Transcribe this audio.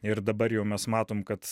ir dabar jau mes matom kad